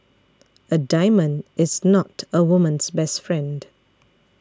a diamond is not a woman's best friend